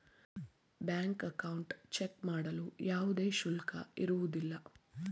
bank account check ಮಾಡಲು ಯಾವುದೇ ಶುಲ್ಕ ಇರುವುದಿಲ್ಲ